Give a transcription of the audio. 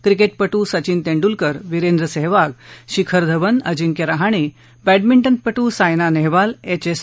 क्रिके पेट्रासचिन तेंडूलकर विरेंद्र सेहवाग शिखर धवन अजिंक्य रहाणे बॅडमिंजेपू Saina Nehwal H S